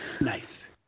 Nice